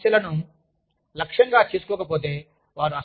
నిర్దిష్ట సమస్యలను లక్ష్యంగా చేసుకోకపోతే